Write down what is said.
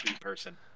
person